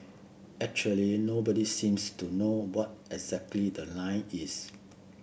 actually nobody seems to know what exactly the line is